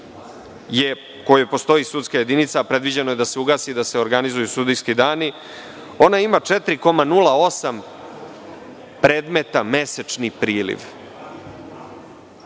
kojoj postoji sudska jedinica a predviđeno je da se ugasi i da se organizuju sudijski dani, ima 4,08 predmeta mesečni priliv.